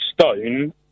stone